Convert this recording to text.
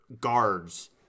guards